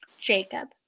jacob